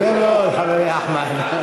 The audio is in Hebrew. יפה מאוד, חברי אחמד.